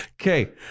Okay